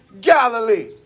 Galilee